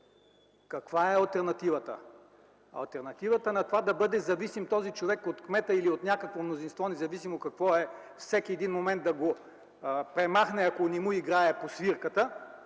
Каква е алтернативата? Алтернативата на това да бъде зависим този човек от кмета или от някакво мнозинство, независимо какво е, във всеки един момент да го премахне, ако не му играе по свирката,